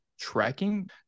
tracking